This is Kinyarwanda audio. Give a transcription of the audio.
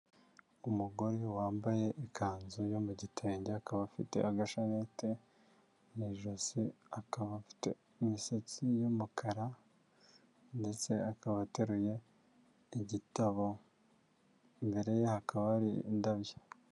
Umugore wambaye ikanzu yo mu gitenge, akaba afite agashanete mu ijosi, akaba afite imisatsi y'umukara ndetse akaba ateruye igitabo, imbere ye hakaba hari indabyo.